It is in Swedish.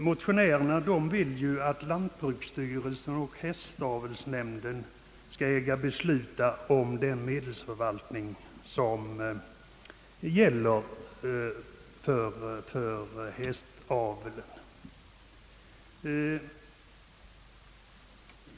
Motionärerna vill att lantbruksstyrelsen och hästavelsnämnden skall äga besluta om medelsförvaltningen för hästaveln.